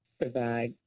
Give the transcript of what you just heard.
provide